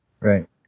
right